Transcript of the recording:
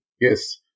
yes